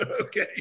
okay